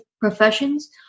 professions